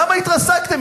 למה התרסקתם?